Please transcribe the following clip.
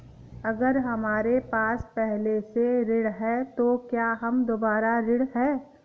अगर हमारे पास पहले से ऋण है तो क्या हम दोबारा ऋण हैं?